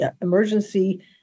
emergency